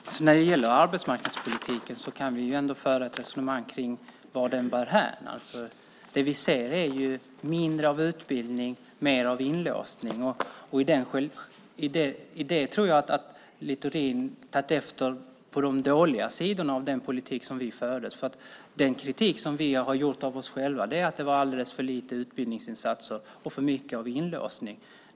Fru talman! När det gäller arbetsmarknadspolitiken kan vi ändå föra ett resonemang kring vart den bär hän. Det vi ser är mindre av utbildning och mer av inlåsning. I det tror jag att Littorin har tagit efter de dåliga sidorna av den politik som vi förde. Den kritik vi har riktat mot oss själva är att det var alldeles för lite utbildningsinsatser och för mycket av inlåsning.